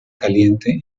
caliente